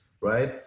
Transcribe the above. right